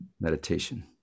meditation